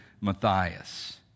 Matthias